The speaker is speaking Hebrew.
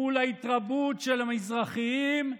מול ההתרבות של המזרחיים,